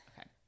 Okay